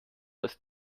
ist